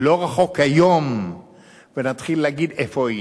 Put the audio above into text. לא רחוק היום שנתחיל להגיד: איפה היינו?